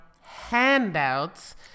handouts